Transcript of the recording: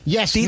Yes